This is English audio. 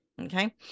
Okay